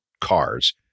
cars